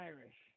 Irish